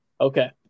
Okay